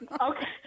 okay